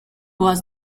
was